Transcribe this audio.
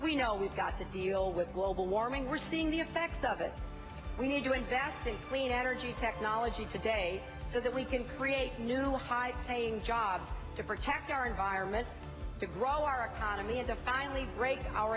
we know we've got to deal with global warming we're seeing the effects of it we need to think that the green energy technology today so that we can create new high paying jobs to protect our environment to grow our economy and the finally break our